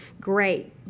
great